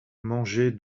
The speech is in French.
mangez